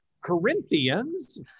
Corinthians